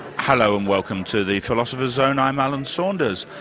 hello, and welcome to the philosopher's zone. i'm alan saunders.